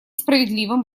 справедливым